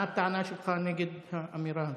מה הטענה שלך נגד האמירה הזו?